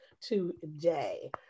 today